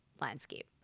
landscape